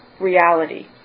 reality